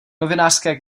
novinářské